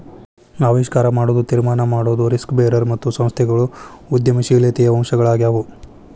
ಆವಿಷ್ಕಾರ ಮಾಡೊದು, ತೀರ್ಮಾನ ಮಾಡೊದು, ರಿಸ್ಕ್ ಬೇರರ್ ಮತ್ತು ಸಂಸ್ಥೆಗಳು ಉದ್ಯಮಶೇಲತೆಯ ಅಂಶಗಳಾಗ್ಯಾವು